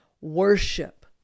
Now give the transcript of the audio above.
worship